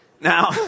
Now